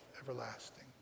everlasting